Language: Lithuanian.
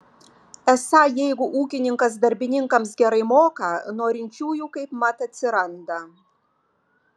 esą jeigu ūkininkas darbininkams gerai moka norinčiųjų kaipmat atsiranda